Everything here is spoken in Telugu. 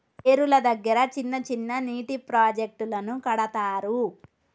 ఏరుల దగ్గర చిన్న చిన్న నీటి ప్రాజెక్టులను కడతారు